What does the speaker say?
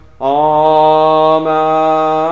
Amen